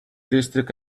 district